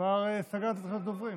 כבר סגרתי את רשימת הדוברים.